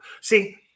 See